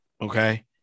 Okay